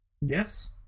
yes